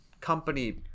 company